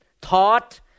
taught